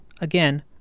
Again